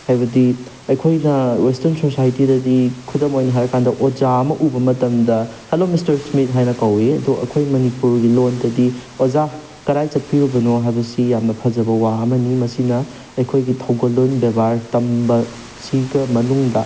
ꯍꯥꯏꯕꯗꯤ ꯑꯩꯈꯣꯏꯅ ꯋꯦꯁꯇ꯭ꯔꯟ ꯁꯣꯁꯥꯏꯇꯤꯗꯗꯤ ꯈꯨꯗꯝ ꯑꯣꯏꯅ ꯍꯥꯏꯔꯀꯥꯟꯗ ꯑꯣꯖꯥ ꯑꯃ ꯎꯕ ꯃꯇꯝꯗ ꯍꯂꯣ ꯃꯤꯁꯇꯔ ꯏꯁꯃꯤꯠ ꯍꯥꯏꯅ ꯀꯧꯋꯤ ꯑꯗꯣ ꯑꯩꯈꯣꯏ ꯃꯅꯤꯄꯨꯔꯒꯤ ꯂꯣꯟꯗꯗꯤ ꯑꯣꯖꯥ ꯀꯔꯥꯏ ꯆꯠꯄꯤꯔꯨꯕꯅꯣ ꯍꯥꯏꯕꯁꯤ ꯌꯥꯝꯅ ꯐꯖꯕ ꯋꯥ ꯑꯃꯅ ꯃꯁꯤꯅ ꯑꯩꯈꯣꯏꯒꯤ ꯊꯧꯒꯜꯂꯣꯟ ꯕꯦꯕꯥꯔ ꯇꯝꯕꯁꯤꯒ ꯃꯅꯨꯡꯗ